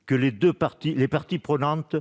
-, les parties prenantes,